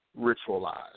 ritualized